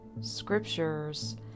scriptures